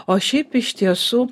o šiaip iš tiesų